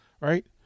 right